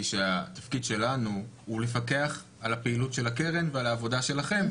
היא שהתפקיד שלנו הוא לפקח על הפעילות של הקרן ועל העבודה שלכם,